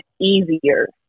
easier